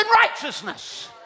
righteousness